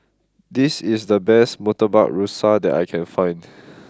this is the best Murtabak Rusa that I can find